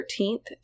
13th